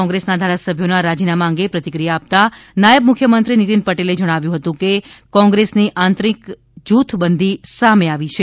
કોંગ્રેસના ધારાસભ્યોના રાજીનામાં અંગે પ્રતિક્રિયા આપતા નાયબ મુખ્યમંત્રી નીતિન પટેલે જણાવ્યું હતું કે કોંગ્રેસની આંતરિક જુથબંધી સામે આવી છે